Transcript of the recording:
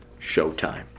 showtime